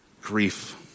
grief